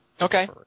Okay